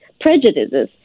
prejudices